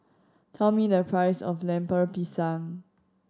tell me the price of Lemper Pisang